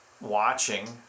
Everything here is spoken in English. watching